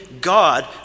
God